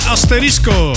Asterisco